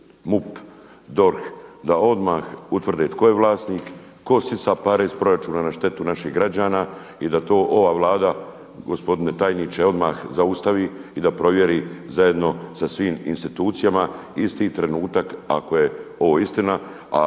MUP, DORH da odmah utvrde tko je vlasnik, tko sisa pare iz proračuna na štetu naših građana i da to ova Vlada gospodine tajniče odmah zaustavi i da provjeri zajedno sa svim institucijama isti trenutak ako je ovo istina,